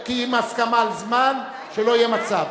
כי אם יש הסכמה על זמן, שלא יהיה מצב.